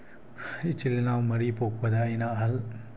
ꯏꯆꯤꯜ ꯏꯅꯥꯎ ꯃꯔꯤ ꯄꯣꯛꯄꯗ ꯑꯩꯅ ꯑꯍꯜ